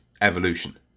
evolution